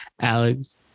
Alex